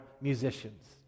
musicians